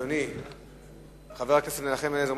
ועדת הכלכלה.